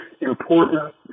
important